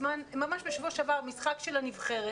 ממש בשבוע שעבר היה משחק של הנבחרת,